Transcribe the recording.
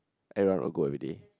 I run ago everyday